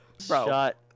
shut